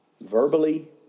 verbally